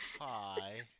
Hi